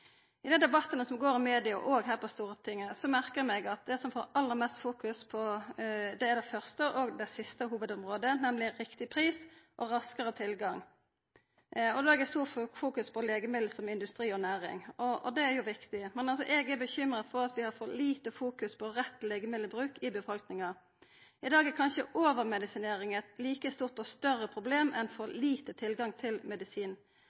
vårt. Den førre meldinga hadde tre hovudområde: riktig pris, rett bruk og raskare tilgang. I dei debattane som går i media og her på Stortinget, merkar eg meg at det som blir fokusert aller mest på, er det første og det siste hovudområdet, nemleg riktig pris og raskare tilgang. Det er òg eit stort fokus på legemiddel som industri og næring, og det er viktig, men eg er bekymra for at vi fokuserer for lite på rett legemiddelbruk i befolkninga. I dag er kanskje overmedisinering eit like stort og kanskje større problem enn